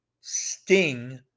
Sting